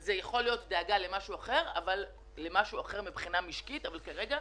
זה יכול להיות דאגה למשהו אחר מבחינה משקית אבל כרגע,